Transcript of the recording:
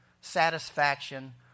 satisfaction